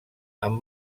amb